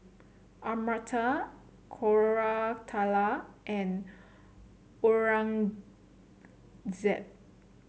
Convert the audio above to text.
Amartya Koratala and Aurangzeb